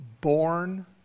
born